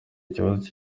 ikibazo